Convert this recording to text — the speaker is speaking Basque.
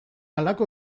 halako